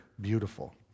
beautiful